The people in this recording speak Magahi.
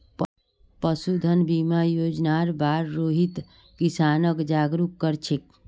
पशुधन बीमा योजनार बार रोहित किसानक जागरूक कर छेक